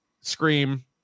Scream